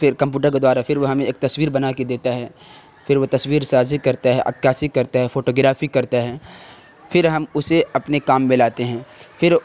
پھر کمپیوٹر کے دوارا پھر وہ ہمیں ایک تصویر بنا کے دیتا ہے پھر وہ تصویر سازی کرتا ہے عکاسی کرتا ہے فوٹو گرافی کرتا ہے پھر ہم اسے اپنے کام میں لاتے ہیں پھر